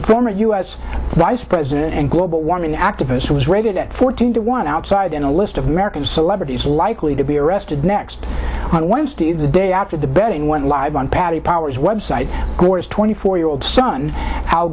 the former u s vice president and global warming activist was rated at fourteen to one outside in a list of american celebrities likely to be arrested next on wednesday the day after the betting went live on patty powers website gore's twenty four year old son how